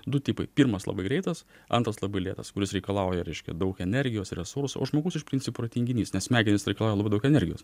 du tipai pirmas labai greitas antras labai lėtas kuris reikalauja reiškia daug energijos resursų o žmogus iš principo yra tinginys nes smegenys reikalauja labai daug energijos